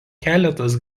keletas